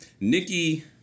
Nikki